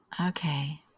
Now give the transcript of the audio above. Okay